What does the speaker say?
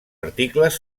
articles